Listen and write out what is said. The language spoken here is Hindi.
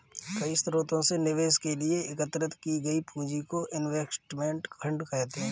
कई स्रोतों से निवेश के लिए एकत्रित की गई पूंजी को इनवेस्टमेंट फंड कहते हैं